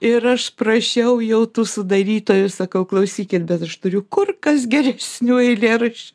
ir aš prašiau jau tų sudarytojų sakau klausykit bet aš turiu kur kas geresnių eilėraščių